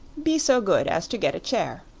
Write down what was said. be so good as to get a chair.